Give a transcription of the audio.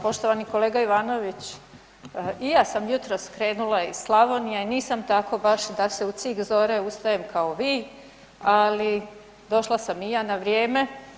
Poštovani kolega Ivanović, i ja sam jutros krenula iz Slavonije i nisam tako baš da se u cik zore ustajem kao vi, ali došla sam i ja na vrijeme.